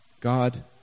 God